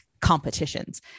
competitions